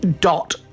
dot